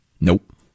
Nope